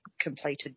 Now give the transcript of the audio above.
completed